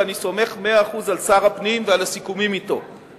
ואני סומך במאה אחוז על שר הפנים ועל הסיכומים אתו,